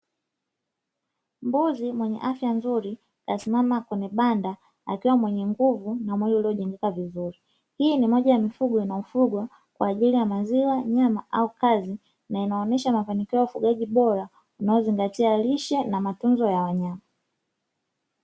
Mbuzi mwenye afya nzuri, kasimama kwenye banda akiwa mwenye nguvu na mwili uliojengeka vizuri. Hii ni moja ya mifugo inayofugwa kwa ajili maziwa, nyama au kazi, na inaonesha mafanikio ya ufugaji bora, unaozingatia lishe na matunzo ya wanyama.